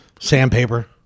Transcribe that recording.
Sandpaper